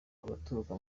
abaturuka